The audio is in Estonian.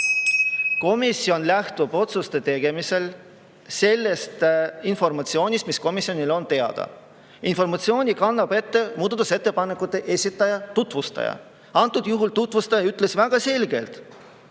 Komisjon lähtub otsuste tegemisel sellest informatsioonist, mis komisjonile on teada. Informatsiooni kannab ette muudatusettepanekute esitaja, tutvustaja. Antud juhul ütles tutvustaja väga selgelt,